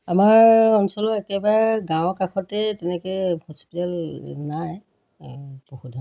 আমাৰ অঞ্চলৰ একেবাৰে গাঁৱৰ কাষতেই তেনেকৈ হস্পিটেল নাই সুবিধা